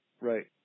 right